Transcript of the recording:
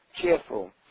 cheerful